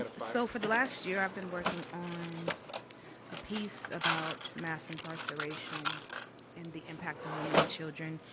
um so for the last year, i've been working on a piece about mass incarceration and the impact on women and children.